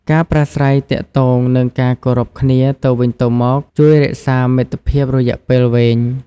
ការប្រាស្រ័យទាក់ទង និងការគោរពគ្នាទៅវិញទៅមកជួយរក្សាមិត្តភាពរយៈពេលវែង។